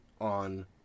on